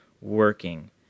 working